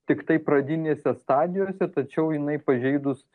tiktai pradinėse stadijose tačiau jinai pažeidus